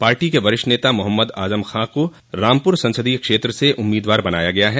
party के वरिष्ठ नेता मोहम्मद आजम खान को रामपुर संसदीय क्षेत्र से उम्मीदवार बनाया गया है